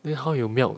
then how you melt